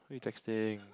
who you texting